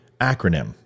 acronym